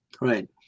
Right